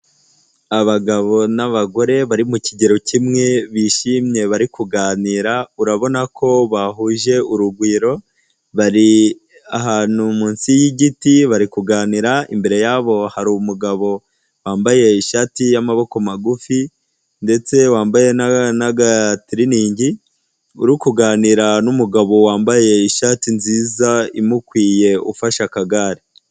Abagabo n’abagore bari mu kigero kimwe, bishimye bari kuganira urabona ko bahuje urugwiro. Bar’ahantu munsi y’igiti bari kuganira, imbere yabo har’umugabo wambaye ishati y'amaboko magufi ndetse wambaye n’agatiriningi, uri kuganira n’umugabo wambaye ishati nziza imukwiye ufashe akagare.